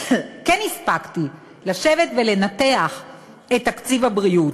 כן הספקתי לשבת ולנתח את תקציב הבריאות.